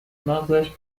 مغزش